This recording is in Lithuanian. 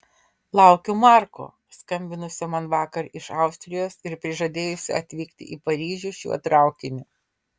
laukiu marko skambinusio man vakar iš austrijos ir prižadėjusio atvykti į paryžių šiuo traukiniu